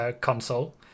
console